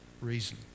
reason